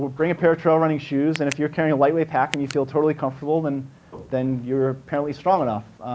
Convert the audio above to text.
bring a pair of trail running shoes, and if you're carrying a lightweight pack and you feel totally comfortable, then then you're apparently strong enough.